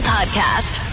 Podcast